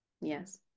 yes